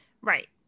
Right